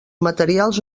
materials